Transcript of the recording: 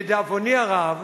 לדאבוני הרב,